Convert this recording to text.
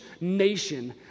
nation